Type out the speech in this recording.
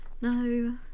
No